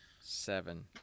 Seven